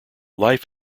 life